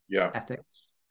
ethics